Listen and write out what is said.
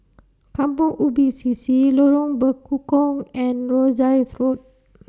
Kampong Ubi C C Lorong Bekukong and Rosyth Road